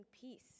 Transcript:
peace